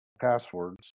passwords